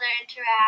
interact